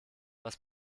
was